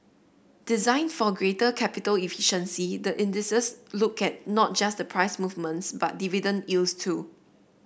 designed for greater capital efficiency the indices look at not just the price movements but dividend yields too